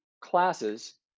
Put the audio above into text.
classes